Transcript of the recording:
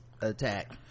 attack